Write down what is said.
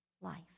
life